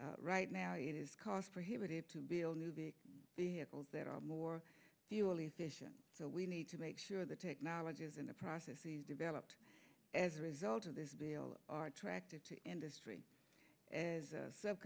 right now it is cost prohibitive to build new big vehicles that are more fuel efficient so we need to make sure that technology is in the process he's developed as a result of this bill are attractive to industry as a